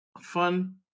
Fun